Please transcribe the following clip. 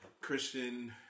Christian